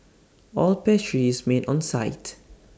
all pastry is made on site